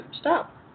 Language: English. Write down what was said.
stop